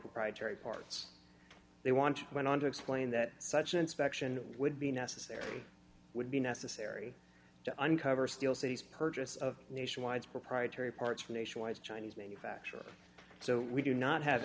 proprietary parts they want went on to explain that such an inspection would be necessary would be necessary to uncover steel cities purchase of nationwide's proprietary parts from nationwide chinese manufacture so we do not have